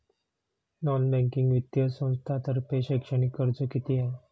Non banking वित्तीय संस्थांतर्फे शैक्षणिक कर्ज किती आहे?